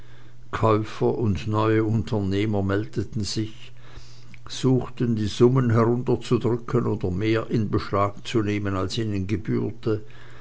käufer und neue unternehmer meldeten sich suchten die summen herunterzudrücken oder mehr in beschlag zu nehmen als ihnen gebührte